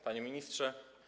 Panie Ministrze!